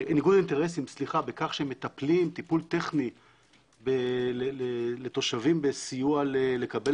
אינטרסים בכך שמטפלים טיפול טכני לתושבים בסיוע לקבל